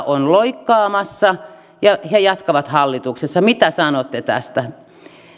on loikkaamassa ja he jatkavat hallituksessa mitä sanotte tästä